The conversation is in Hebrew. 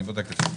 אני בודק את זה.